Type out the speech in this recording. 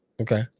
okay